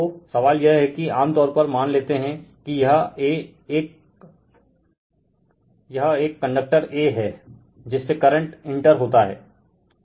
तो सवाल यह है कि आमतौर पर मान लेते है कि यह एक कंडक्टर a है जिससे करंट इंटर होता है